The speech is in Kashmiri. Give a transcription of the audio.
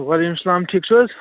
وعلیکُم اسلام ٹھیٖک چھِو حظ